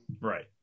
Right